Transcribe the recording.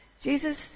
Jesus